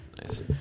Nice